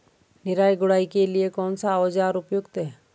निराई गुड़ाई के लिए कौन सा औज़ार उपयुक्त है?